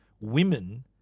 women